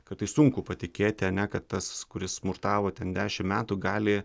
kartais sunku patikėti ane kad tas kuris smurtavo ten dešimt metų gali